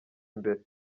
imbere